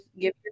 give